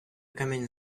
камінь